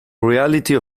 reality